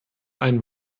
ein